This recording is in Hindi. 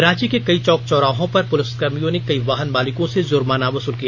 रांची के कई चौक चौराहों पर पुलिसकर्मियों ने कई वाहन मालिकों से जुर्माना वसुल किया